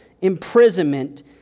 imprisonment